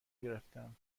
گرفتهام